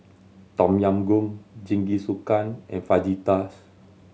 Tom Yam Goong Jingisukan and Fajitas